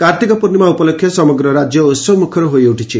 କାର୍ଭିକ ପୂର୍ଶ୍ରିମା ଉପଲକ୍ଷେ ସମଗ୍ର ରାଜ୍ୟ ଉହବମୁଖର ହୋଇଉଠିଛି